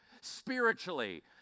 spiritually